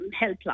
helpline